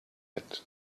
had